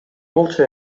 болчу